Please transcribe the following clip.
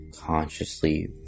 consciously